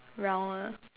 round